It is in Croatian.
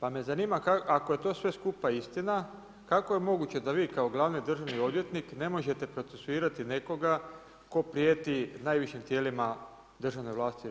pa me zanima ako je to sve skupa istina, kako je moguće da vi kao glavni državni odvjetnik ne možete procesuirati nekoga tko prijeti najvišim tijelima državne vlasti u RH.